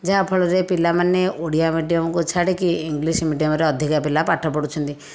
ଯାହାଫଳରେ ପିଲାମାନେ ଓଡ଼ିଆ ମିଡ଼ିଅମକୁ ଛାଡ଼ିକି ଇଂଲିଶ ମିଡ଼ିଅମରେ ଅଧିକ ପିଲା ପାଠ ପଢ଼ୁଛନ୍ତି